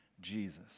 Jesus